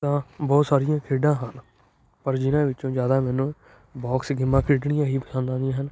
ਜਿੱਦਾਂ ਬਹੁਤ ਸਾਰੀਆਂ ਖੇਡਾਂ ਹਨ ਪਰ ਜਿਹਨਾਂ ਵਿੱਚੋਂ ਜ਼ਿਆਦਾ ਮੈਨੂੰ ਬੋਕਸ ਗੇਮਾਂ ਖੇਡਣੀਆਂ ਹੀ ਪਸੰਦ ਆਉਂਦੀਆਂ ਹਨ